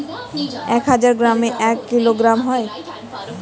এক হাজার গ্রামে এক কিলোগ্রাম হয়